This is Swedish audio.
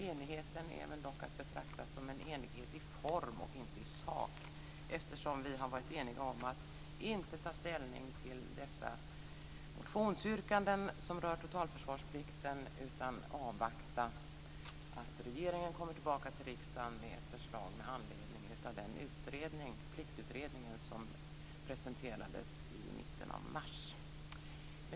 Enigheten är dock att betrakta som en enighet i form och inte i sak, eftersom vi har varit eniga om att inte ta ställning till dessa motionsyrkanden som rör totalförsvarsplikten, utan avvakta tills regeringen kommer tillbaka till riksdagen med ett förslag med anledning av Pliktutredningen, som presenterades i mitten av mars.